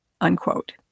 unquote